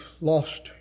lost